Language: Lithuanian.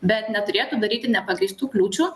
bet neturėtų daryti nepagrįstų kliūčių